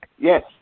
Yes